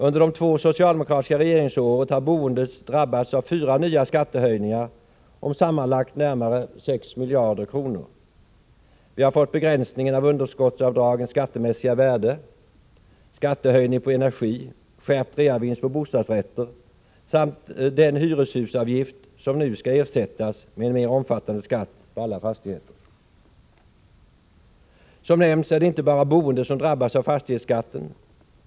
Under de två socialdemokratiska regeringsåren har boendet drabbats av fyra nya skattehöjningar om sammanlagt närmare 6 miljarder kronor. Vi har fått begränsningen av underskottsavdragens skattemässiga värden, skattehöjning på energi, skärpt reavinst på bostadsrätter samt den hyreshusavgift som nu skall ersättas med en mer omfattande skatt på alla fastigheter. Som nämnts är det inte bara boendet som drabbas av fastighetsskatten.